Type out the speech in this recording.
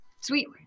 Sweet